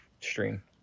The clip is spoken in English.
stream